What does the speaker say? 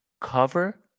cover